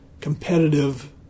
competitive